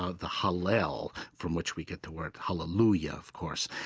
ah the hallel, from which we get the word hallelujah, of course.